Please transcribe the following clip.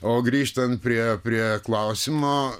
o grįžtant prie prie klausimo